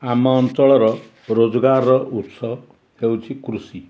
ଆମ ଅଞ୍ଚଳର ରୋଜଗାରର ଉତ୍ସ ହେଉଛିି କୃଷି